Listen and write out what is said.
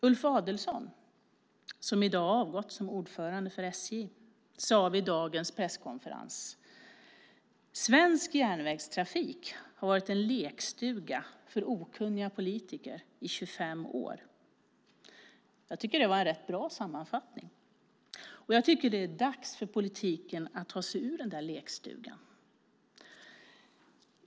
Ulf Adelsohn, som i dag har avgått som ordförande för SJ, sade så här vid dagens presskonferens: Svensk järnvägstrafik har varit en lekstuga för okunniga politiker i 25 år. Jag tycker att det var en bra sammanfattning. Jag tycker att det är dags för politiken att ta sig ur den lekstugan.